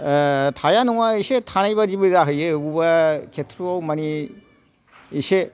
थाया नङा एसे थानाय बादिबो जाहैयो बबावबा खेथ्रआव माने एसे